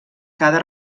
cada